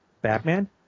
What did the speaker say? Batman